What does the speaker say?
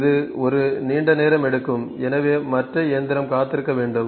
இது ஒரு நீண்ட நேரம் எடுக்கும் எனவே மற்ற இயந்திரம் காத்திருக்க வேண்டும்